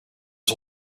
was